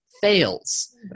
fails